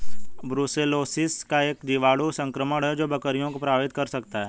brucellosis एक जीवाणु संक्रमण है जो बकरियों को प्रभावित कर सकता है